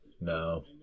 No